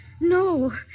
No